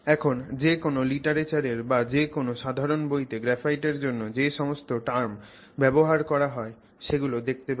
এখন যে কোন লিটারেচার বা যে কোন সাধারণ বইতে গ্রাফাইটের জন্য যে সমস্ত টার্ম ব্যবহার করা হয় সেগুলো দেখতে পাবে